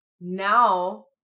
now